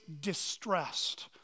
distressed